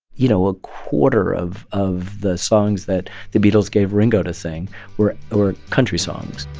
you know, a quarter of of the songs that the beatles gave ringo to sing were were country songs